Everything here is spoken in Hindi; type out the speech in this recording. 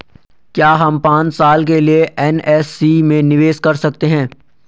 क्या हम पांच साल के लिए एन.एस.सी में निवेश कर सकते हैं?